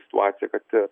situacija kad